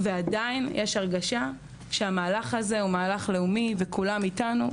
עדיין יש הרגשה שהמהלך הזה הוא מהלך לאומי וכולם איתנו.